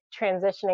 transitioning